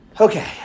Okay